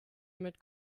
mit